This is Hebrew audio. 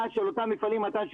אני מודה,